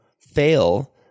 fail